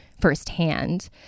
firsthand